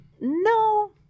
no